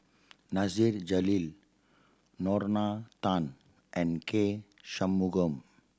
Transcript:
Nasir Jalil Lorna Tan and K Shanmugam